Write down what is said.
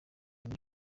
remy